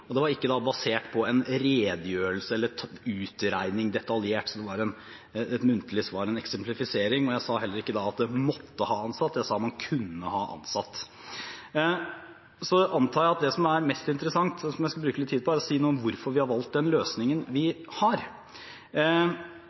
måtte ha ansatt, jeg sa at man kunne ha ansatt. Så antar jeg at det som er mest interessant, som jeg skal bruke litt tid på, er å si noe om hvorfor vi har valgt den løsningen vi har